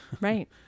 Right